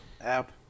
app